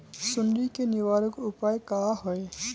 सुंडी के निवारक उपाय का होए?